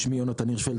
שמי יהונתן הירשפלד.